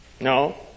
No